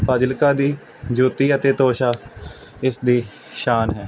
ਫਾਜ਼ਿਲਕਾ ਦੀ ਜੋਤੀ ਅਤੇ ਤੋਸ਼ਾ ਇਸ ਦੀ ਸ਼ਾਨ ਹੈ